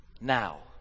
now